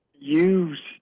use